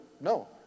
no